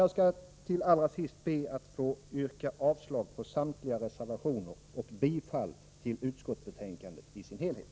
Jag skall slutligen be att få yrka avslag på samtliga reservationer och bifall till utskottets hemställan i dess helhet.